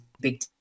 big